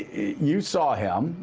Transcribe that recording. you saw him.